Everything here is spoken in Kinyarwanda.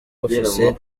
bufise